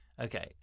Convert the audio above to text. Okay